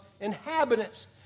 inhabitants